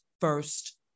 First